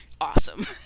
awesome